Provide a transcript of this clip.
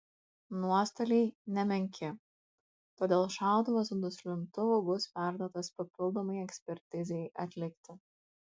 nuostoliai nemenki todėl šautuvas su duslintuvu bus perduotas papildomai ekspertizei atlikti